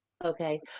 Okay